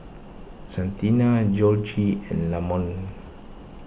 Santina Georgie and Lamonte